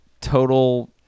Total